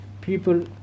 people